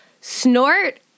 snort